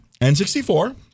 N64